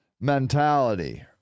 mentality